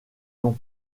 nom